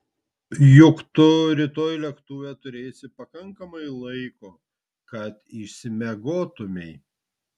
juk tu rytoj lėktuve turėsi pakankamai laiko kad išsimiegotumei